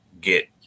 get